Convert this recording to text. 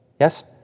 Yes